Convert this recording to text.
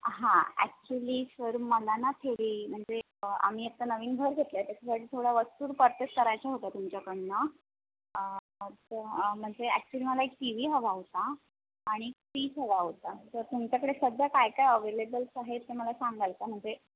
हां actually sir मला ना ठेवी म्हणजे आम्ही आत्ता नवीन घर घेतलंय त्याच्यासाठी थोडं वस्तू पर्चेस करायच्या होत्या तुमच्याकडनं म्हणजे ॲक्चुअली मला एक टी व्ही हवा होता आणि फ्रीच हवा होता तर तुमच्याकडे सध्या काय काय अवेलेबल्स आहे ते मला सांगाल का म्हणजे